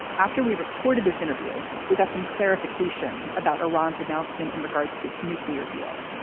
after we recorded this interview, we got some clarification about iran's announcement in regards to its nuclear deal.